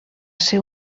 ser